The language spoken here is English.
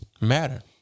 matter